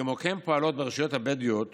כמו כן, פועלות ברשויות הבדואיות